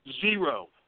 zero